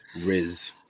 Riz